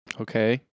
Okay